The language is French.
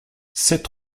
sept